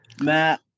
Matt